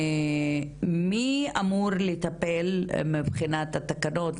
מי אמור לטפל מבחינת התקנות,